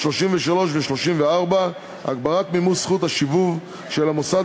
33 ו-34 (הגברת מימוש זכות השיבוב של המוסד